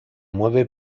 mueve